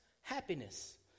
happiness